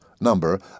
number